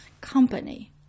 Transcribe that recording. company